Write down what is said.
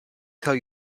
tell